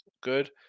Good